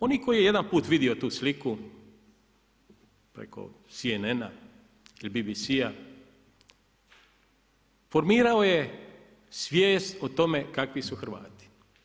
Onaj tko je jedan put vidio tu sliku preko CNN-a ili BBC-a formirao je svijest o tome kakvi su Hrvati.